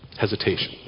hesitation